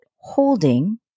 holding